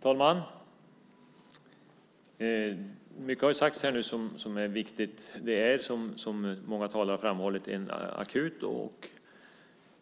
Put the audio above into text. Fru talman! Mycket har sagts här som är viktigt. Det är som många talare har framhållit en akut och